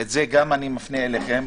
ואת זה גם אני מפנה אליכם,